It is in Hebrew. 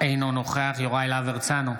אינו נוכח יוראי להב הרצנו,